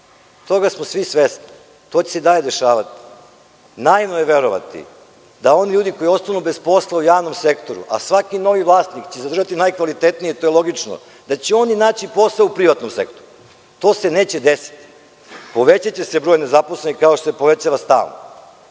Toga smo svi svesni. To će se i dalje dešavati. Naivno je verovati da oni ljudi koji ostanu bez posla u javnom sektoru, a svaki novi vlasnik će zadržati najkvalitetnije, to je logično, da će oni naći posao u privatnom sektoru. To se neće desiti. Povećaće se broj nezaposlenih, kao što se povećava stalno.